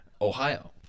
Ohio